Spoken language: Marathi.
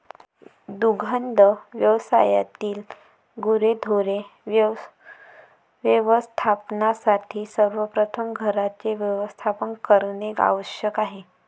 दुग्ध व्यवसायातील गुरेढोरे व्यवस्थापनासाठी सर्वप्रथम घरांचे व्यवस्थापन करणे आवश्यक आहे